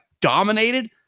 dominated